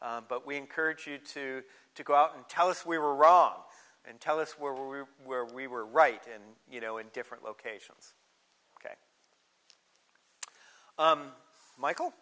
but we encourage you to to go out and tell us we were wrong and tell us where we were where we were right in you know in different locations ok michael